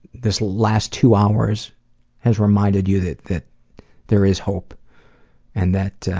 this last two hours has reminded you that that there is hope and that